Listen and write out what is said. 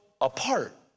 apart